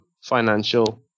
financial